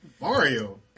mario